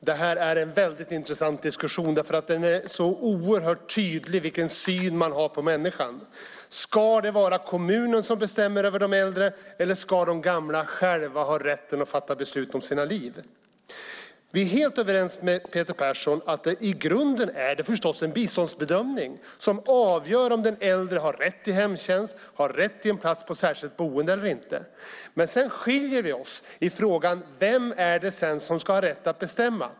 Herr talman! Detta är en mycket intressant diskussion därför att det är så oerhört tydlig vilken syn man har på människan. Ska det vara kommunen som bestämmer över de äldre, eller ska de gamla själva ha rätten att fatta beslut om sina liv? Vi är helt överens med Peter Persson om att det i grunden förstås är en biståndsbedömning som avgör om den äldre har rätt till hemtjänst och har rätt till en plats i ett särskilt boende eller inte. Men sedan skiljer vi oss i frågan om vem som sedan ska ha rätt att bestämma.